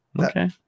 Okay